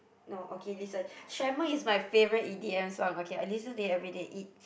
no okay listen Tremor is my favorite E_D_M song okay I listen to it everyday it